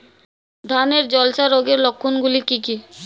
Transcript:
ধানের ঝলসা রোগের লক্ষণগুলি কি কি?